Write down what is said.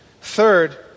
Third